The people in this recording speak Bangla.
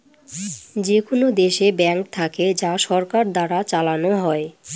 যেকোনো দেশে ব্যাঙ্ক থাকে যা সরকার দ্বারা চালানো হয়